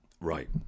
Right